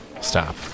Stop